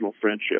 friendship